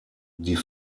die